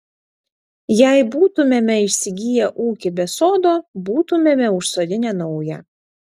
jei būtumėme įsigiję ūkį be sodo būtumėme užsodinę naują